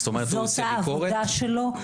זאת העבודה שלו,